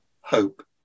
hope